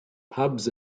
pubs